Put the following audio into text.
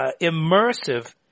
immersive